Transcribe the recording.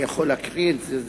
אני יכול להקריא את זה.